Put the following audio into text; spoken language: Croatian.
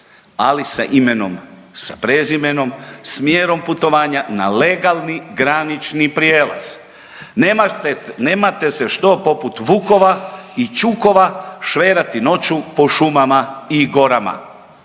ali sa imenom sa prezimenom, smjerom putovanja na legalni granični prijelaz. Nemate se što poput vukova i ćukova šverati noću po šumama i gorama.